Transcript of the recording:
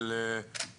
אישור